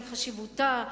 על חשיבותה.